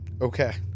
Okay